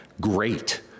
great